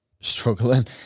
struggling